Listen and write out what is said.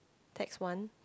text one